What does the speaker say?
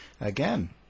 Again